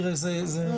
תראה זה באמת.